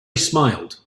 smiled